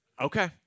Okay